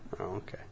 okay